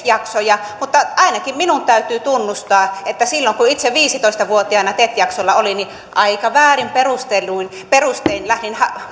jaksoja mutta ainakin minun täytyy tunnustaa että silloin kun itse viisitoista vuotiaana tet jaksolla olin niin aika väärin perustein lähdin